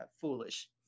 foolish